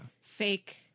fake